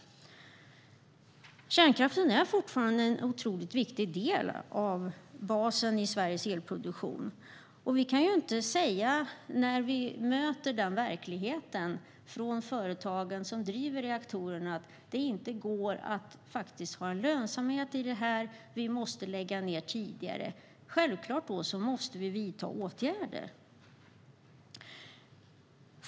Kärnkraften är fortfarande en otroligt viktig del av basen i Sveriges elproduktion. Vi kan ju inte säga till företagen som driver reaktorerna att det inte går att få lönsamhet i verksamheten och att reaktorerna måste läggas ned tidigare. Självklart måste vi då vidta åtgärder.